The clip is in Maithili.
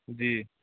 जी